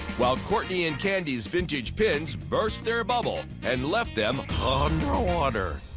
while courtney and candy's vintage pins burst their bubble and left them underwater.